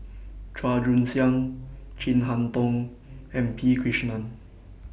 Chua Joon Siang Chin Harn Tong and P Krishnan